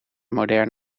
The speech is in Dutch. modern